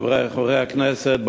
חברי חברי הכנסת,